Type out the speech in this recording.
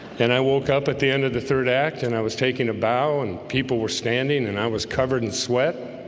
and i woke up at the end of the third act and i was taking a bow and people were standing and i was covered in sweat